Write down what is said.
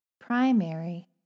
Primary